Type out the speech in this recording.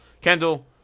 kendall